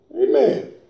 Amen